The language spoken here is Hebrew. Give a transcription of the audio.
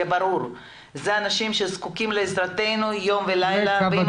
אלה אנשים שזקוקים לעזרתנו יום ולילה ואם